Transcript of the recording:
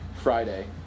Friday